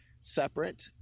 Separate